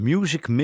Music